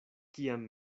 kiam